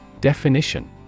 Definition